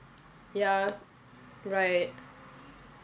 ya right